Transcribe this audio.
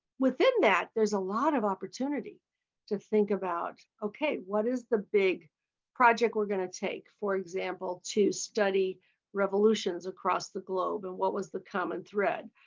within that there's a lot of opportunity to think about okay, what is the big project we're going to take, for example, to study revolutions across the globe and what was the common thread.